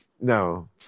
No